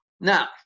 Now